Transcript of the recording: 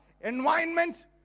Environment